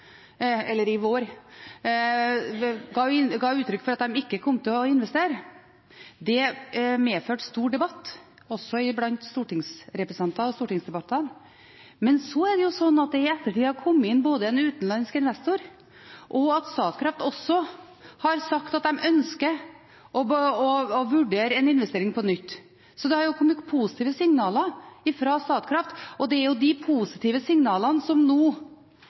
ga uttrykk for at de ikke kom til å investere. Det medførte stor debatt, også blant stortingsrepresentantene. Men så er det slik at det i ettertid både har kommet inn en utenlandsk investor, og Statkraft har sagt at de ønsker å vurdere en investering på nytt. Så det har kommet positive signaler fra Statkraft, og det er jo de positive signalene som nå